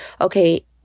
okay